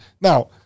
Now